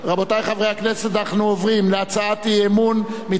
אנחנו עוברים להצעת האי-אמון מטעם סיעת חד"ש,